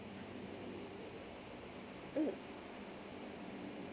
mm